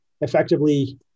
effectively